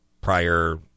prior